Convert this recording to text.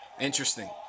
Interesting